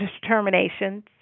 determination